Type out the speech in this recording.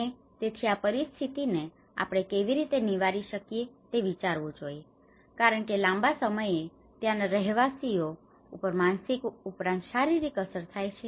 અને તેથી આ પરિસ્થિતિ ને આપણે કેવી રીતે નિવારી શકીએ તે વિચારવું જોઈએ કારણ કે લાંબા સમયે ત્યાંના રહેવાસીઓ ઉપર માનસિક ઉપરાંત શારીરિક અસર થાય છે